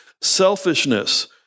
selfishness